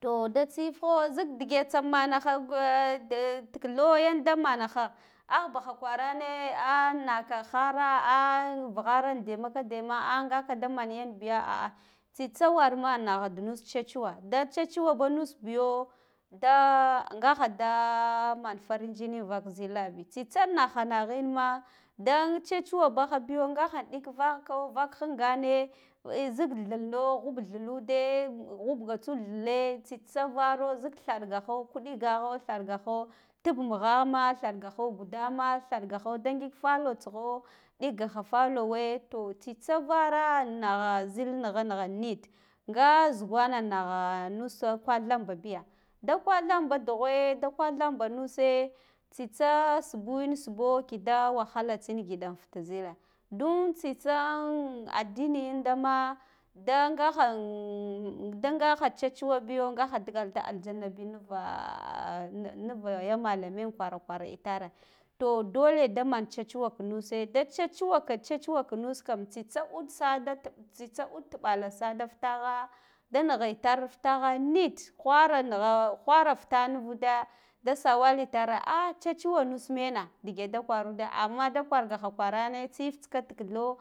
to da tsiif ho zik dige tsanmana ha gwa dadd tikithau yanda munaha ah baha kwarane dah naka hara ah vughara in demakadema ah ngaka da mangan biya a a tsitsa warma nagh da nus tsetsu wa da tsetsuwaba nus biyo da ngaha da man farin jinin an vak zilabi tsitsa nah ha naghin ma da gg tsetsuwa baha biyo nga ha ɗik vako vak hingane a zik thileno huba thilude ghub tsud thile tsitsa varo zila thaɗa gagho kuɗigaho thaɗ gaho tubb mughama tha4gaho kudama thaɗga ho da ngik fallo tsigho ɗigaha fallow e to tsitsa vara nagha zila nigha nigha ne at nga zugwang nagha nus kwanɗaba biya da kwatɗaba dughwe da kwatɗaba nushe tsitsa subuwun subo kida wahda tsin ngida an futa zile dun tsi tsan an addini yinama nda nga han tsetsuwa biyo ngahan digal da aljannabi za nuwa nn nuva ya maleme an kwara kwara itare to dale da man tsetsuwa ka nuje da tsetsuwa ka tsetsuwa ka nus kam tsi tsa ud sah da tsa ud sah da tsitsa ud ja ta sa diɓɓ tsitsa ud riɓɓala sa da futagha da nigha itar futagha da sawat itare ah tsari suwa nus mena dige da kwanuda amma da kwargaha kwarane tsiif tsika tikithau